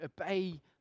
obey